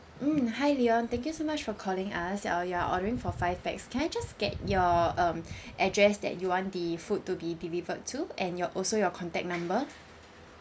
mm hi leon thank you so much for calling us you you are ordering for five pax can I just get your um address that you want the food to be delivered to and your also your contact number